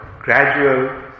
gradual